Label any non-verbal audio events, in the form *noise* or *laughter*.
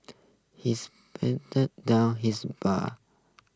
he's *unintelligible* down his beer